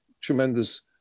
tremendous